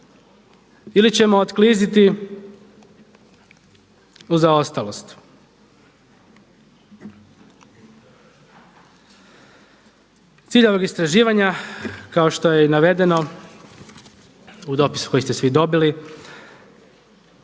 ili ćemo otkliziti u zaostalost. Cilj ovog istraživanja kao što je i navedeno u dopisu koji ste svi dobili,